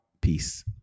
Peace